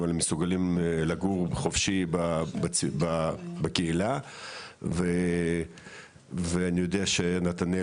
אבל מסוגלים לגור חופשי בקהילה ואני יודע שנתנאל